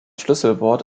schlüsselwort